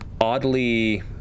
oddly